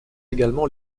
également